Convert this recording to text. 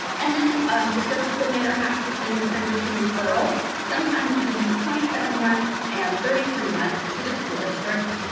and then um the service coordinator has to send the transition referral sometime between twenty seven months and thirty three months to the school district,